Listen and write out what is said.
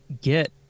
get